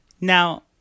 Now